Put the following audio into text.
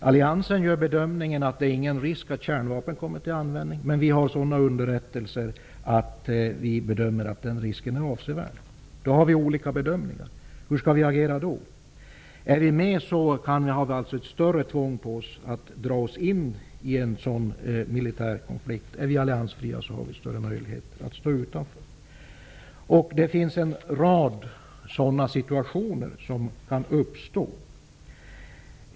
Alliansen gör bedömningen att det inte finns någon risk att kärnvapen kommer till användning, medan vi i Sverige har underrättelser som gör att vi bedömer risken som avsevärd. Då föreligger olika bedömningar. Hur skall vi då agera? Om vi är med i en allians har vi högre krav på oss som innebär att vi kan dras in i en sådan militär konflikt, men om vi är alliansfria har vi större möjlighet att stå utanför en sådan konflikt. Det finns en rad sådana situationer som kan uppstå.